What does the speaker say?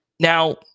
Now